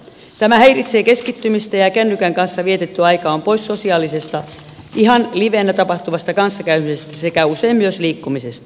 tämä häiritsee keskittymistä ja kännykän kanssa vietetty aika on pois sosiaalisesta ihan livenä tapahtuvasta kanssakäymisestä sekä usein myös liikkumisesta